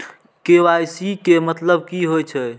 KYC के मतलब की होई छै?